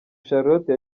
charlotte